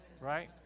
Right